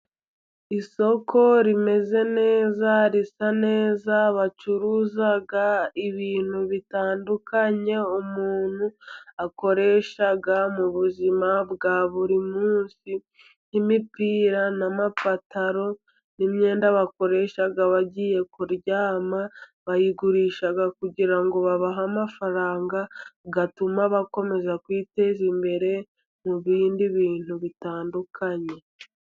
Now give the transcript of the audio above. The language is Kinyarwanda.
Isoko rimeze neza, risa neza bacuruza ibintu bitandukanye, umuntu akoresha mu buzima bwa buri munsi, imipira n'amapantaro n'imyenda bakoresha bagiye kuryama, bayigurisha kugira ngo babahe amafaranga, atuma bakomeza kwiteza imbere mu bindi bintu bitandukanye.